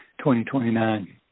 2029